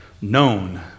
known